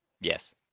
Yes